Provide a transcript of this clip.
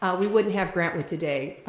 we wouldn't have grant wood today.